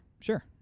sure